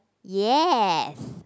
yes